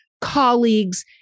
colleagues